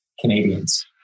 Canadians